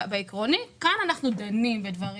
כאן אנחנו דנים בדברים,